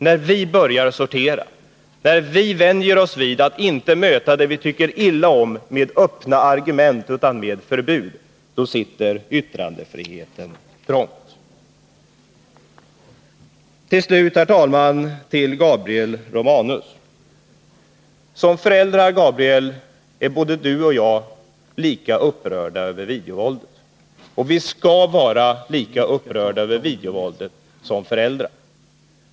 När vi börjar sortera, när vi vänjer oss vid att inte möta det vi tycker illa om med öppna argument utan med förbud, då sitter yttrandefriheten trångt. Slutligen, herr talman, till Gabriel Romanus: Som föräldrar, Gabriel Romanus, bör både du och jag vara lika upprörda över videovåldet.